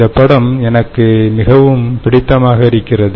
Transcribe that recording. இந்தப் படம் எனக்கு மிகவும் பிடித்தமாக இருக்கிறது